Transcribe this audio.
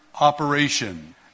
operation